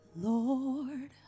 Lord